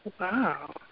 Wow